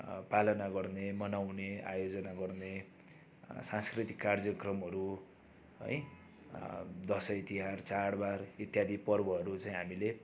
पालना गर्ने मनाउने आयोजना गर्ने सांस्कृतिक कार्यक्रमहरू है दसैँ तिहार चाडबाड इत्यादि पर्वहरू चाहिँ हामीले